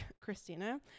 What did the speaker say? Christina